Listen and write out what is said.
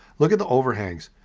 look at the overhangs.